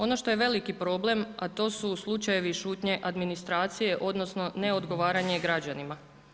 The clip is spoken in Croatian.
Ono što je veliki problem, a to su slučajevi šutnje administracije, odnosno, neodgovaranje građanima.